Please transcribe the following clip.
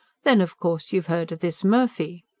then of course you've heard of this murphy?